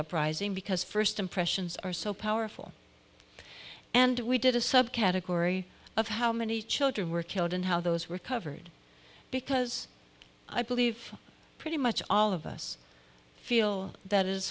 uprising because first impressions are so powerful and we did a subcategory of how many children were killed and how those were covered because i believe pretty much all of us feel that is